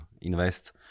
invest